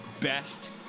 best